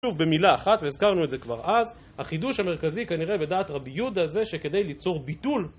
שוב במילה אחת, והזכרנו את זה כבר אז, החידוש המרכזי כנראה בדעת רבי יהודה זה שכדי ליצור ביטול